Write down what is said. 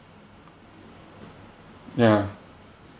ya